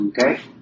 okay